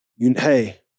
Hey